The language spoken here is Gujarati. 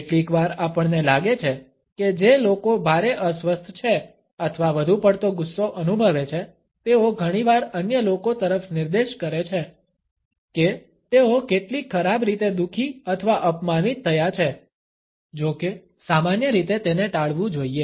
કેટલીકવાર આપણને લાગે છે કે જે લોકો ભારે અસ્વસ્થ છે અથવા વધુ પડતો ગુસ્સો અનુભવે છે તેઓ ઘણીવાર અન્ય લોકો તરફ નિર્દેશ કરે છે કે તેઓ કેટલી ખરાબ રીતે દુઃખી અથવા અપમાનિત થયા છે જો કે સામાન્ય રીતે તેને ટાળવું જોઈએ